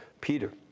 Peter